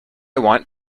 want